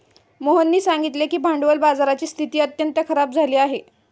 मोहननी सांगितले की भांडवल बाजाराची स्थिती अत्यंत खराब झाली आहे